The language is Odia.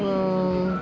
ହଁ